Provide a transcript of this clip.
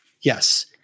Yes